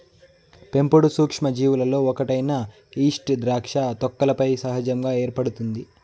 పెంపుడు సూక్ష్మజీవులలో ఒకటైన ఈస్ట్ ద్రాక్ష తొక్కలపై సహజంగా ఏర్పడుతుంది